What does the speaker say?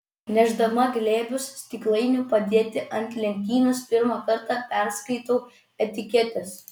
nešdama glėbius stiklainių padėti ant lentynos pirmą kartą perskaitau etiketes